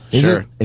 Sure